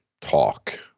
talk